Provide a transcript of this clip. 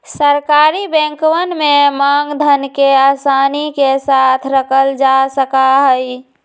सरकारी बैंकवन में मांग धन के आसानी के साथ रखल जा सका हई